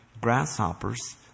grasshoppers